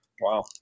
Wow